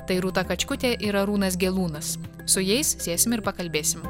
tai rūta kačkutė ir arūnas gelūnas su jais sėsim ir pakalbėsim